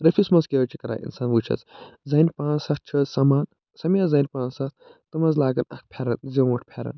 رٔفِس منٛز کیٛاہ حظ چھِ کران اِنسان وُچھ حظ زَنہِ پانٛژھ سَتھ چھِ حظ سَمان سَمیایا زَنہِ پانٛژھ سَتھ تِم حظ لاگَن اَکھ پھٮ۪رَن زیوٗٹھ پھٮ۪رَن